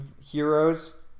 Heroes